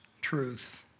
truth